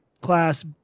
class